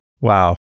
Wow